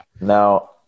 Now